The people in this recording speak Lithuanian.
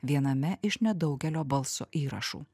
viename iš nedaugelio balso įrašų